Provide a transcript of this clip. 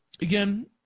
again